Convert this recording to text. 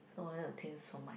so why you think so much